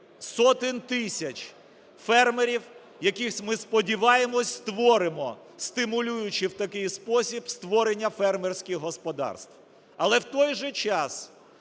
сотень тисяч фермерів, які, ми сподіваємося, створимо, стимулюючи в такий спосіб створення фермерських господарств. Але, в той же час,